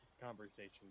conversation